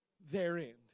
therein